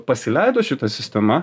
pasileido šita sistema